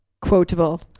quotable